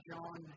John